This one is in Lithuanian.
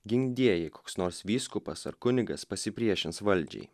gink die jei koks nors vyskupas ar kunigas pasipriešins valdžiai